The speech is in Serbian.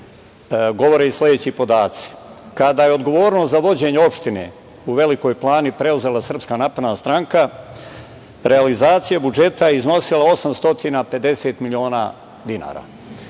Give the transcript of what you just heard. govore i sledeći podaci. Kada je odgovornost za vođenje opštine u Velikoj Plani preuzela SNS, realizacija budžeta je iznosila 850 miliona dinara.